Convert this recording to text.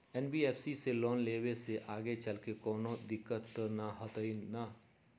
NBFC से loan लेबे से आगेचलके कौनो दिक्कत त न होतई न?